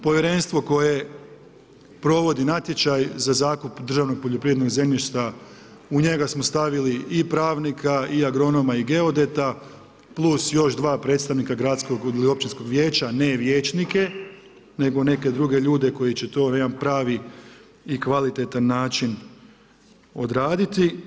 Povjerenstvo koje provodi natječaj za zakup državnog poljoprivrednog zemljišta u njega smo stavili i pravnika i agronoma i geodeta plus još dva predstavnika gradskog ili općinskog vijeća, ne vijećnike nego neke druge ljude koji će to na jedan pravi i kvalitetan način odraditi.